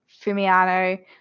Fumiano